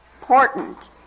important